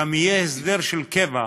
גם יהיה הסדר של קבע,